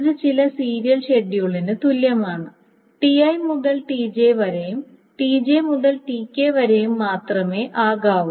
ഇത് ചില സീരിയൽ ഷെഡ്യൂളിന് തുല്യമാണ് Ti മുതൽ Tj വരെയും Tj മുതൽ Tk വരെയും മാത്രമേ ആകാവൂ